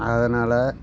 அதனால்